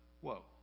whoa